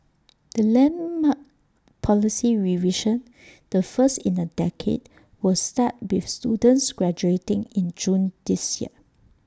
the landmark policy revision the first in A decade will start with students graduating in June this year